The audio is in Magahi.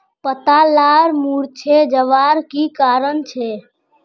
पत्ता लार मुरझे जवार की कारण छे?